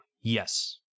Yes